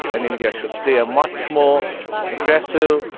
and india should play a much more aggressive,